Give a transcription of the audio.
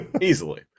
easily